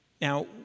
Now